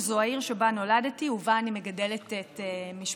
שזו העיר שבה נולדתי ובה אני מגדלת את משפחתי,